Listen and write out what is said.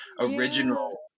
original